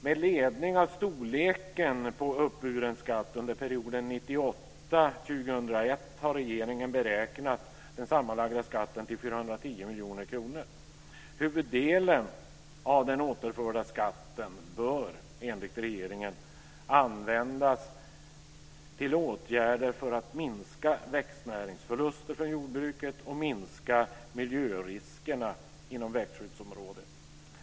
Med ledning av storleken på uppburen skatt under perioden 1998-2001 har regeringen beräknat den sammanlagda skatten till 410 miljoner kronor. Huvuddelen av den återförda skatten bör enligt regeringen användas till åtgärder för att minska växtnäringsförluster för jordbruket och minska miljöriskerna inom växthusområdet.